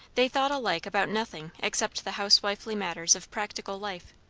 they thought alike about nothing except the housewifely matters of practical life.